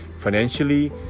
financially